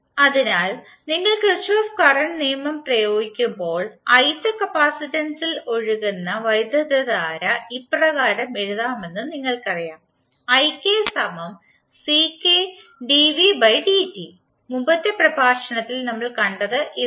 അതിനാൽ നിങ്ങൾ Kirchhoff current നിയമം പ്രയോഗിക്കുമ്പോൾ ith കപ്പാസിറ്ററിൽ ഒഴുകുന്ന വൈദ്യുതധാര ഇപ്രകാരം എഴുതാമെന്ന് നിങ്ങൾക്കറിയാം മുമ്പത്തെ പ്രഭാഷണത്തിൽ നമ്മൾ കണ്ടത് ഇതാണ്